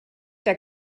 der